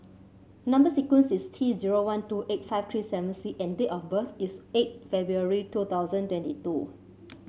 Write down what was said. number sequence is T zero one two eight five three seven C and date of birth is eight February two thousand twenty two